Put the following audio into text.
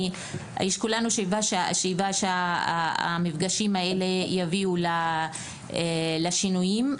כולנו שאיפה שהמפגשים האלה יביאו לשינויים.